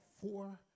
four